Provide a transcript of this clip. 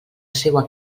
seua